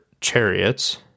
chariots